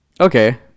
Okay